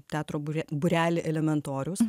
teatro būre būrelį elementorius